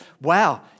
wow